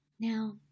Now